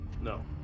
no